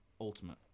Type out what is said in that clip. ultimate